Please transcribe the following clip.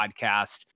podcast